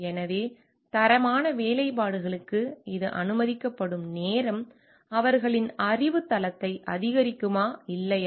எனவே தரமான வேலைப்பாடுகளுக்கு இது அனுமதிக்கப்படும் நேரம் அவர்களின் அறிவுத் தளத்தை அதிகரிக்குமா இல்லையா